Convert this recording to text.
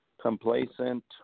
complacent